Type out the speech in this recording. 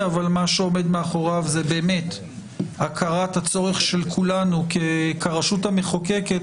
אבל מה שעומד מאחוריו זה באמת הכרת הצורך של כולנו כרשות המחוקקת,